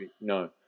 no